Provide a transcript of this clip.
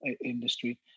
industry